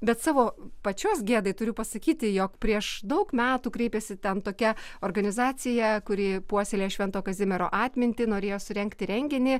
bet savo pačios gėdai turiu pasakyti jog prieš daug metų kreipėsi ten tokia organizacija kuri puoselėja švento kazimiero atmintį norėjo surengti renginį